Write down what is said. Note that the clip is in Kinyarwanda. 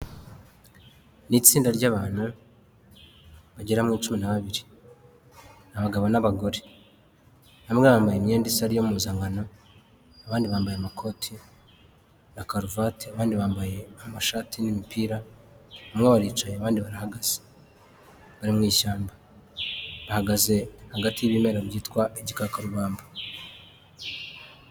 Ni itsinda ry'abantu bagera muri cumi na babiri. Ni abagabo n'abagore. Bamwe bambaye imyenda isa ari yo mpuzankano, abandi bambaye amakoti na karuvati. Abandi bambaye amashati n'imipira. Bamwe baricaye abandi barahagaze, bari mu ishyamba. Bahagaze hagati y'ibimera byitwa igikakarubamba.